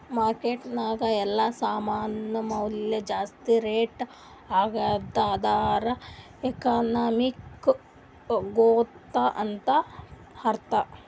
market ನಾಗ್ ಎಲ್ಲಾ ಸಾಮಾನ್ ಮ್ಯಾಲ ಜಾಸ್ತಿ ರೇಟ್ ಆಗ್ಯಾದ್ ಅಂದುರ್ ಎಕನಾಮಿಕ್ ಗ್ರೋಥ್ ಅಂತ್ ಅರ್ಥಾ